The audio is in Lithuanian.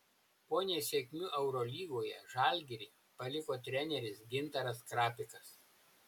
po nesėkmių eurolygoje žalgirį paliko treneris gintaras krapikas